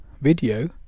video